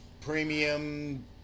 premium